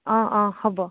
অঁ অঁ হ'ব